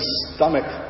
stomach